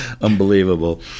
unbelievable